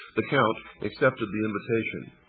the count accepted the invitation.